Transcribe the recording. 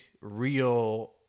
real